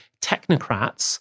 technocrats